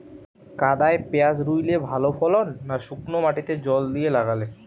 কাদায় পেঁয়াজ রুইলে ভালো ফলন না শুক্নো মাটিতে জল দিয়ে লাগালে?